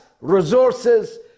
resources